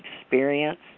experience